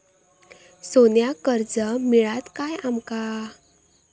सोन्याक कर्ज मिळात काय आमका?